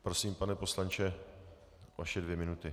Prosím, pane poslanče, vaše dvě minuty.